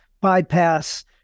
bypass